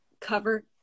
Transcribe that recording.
cover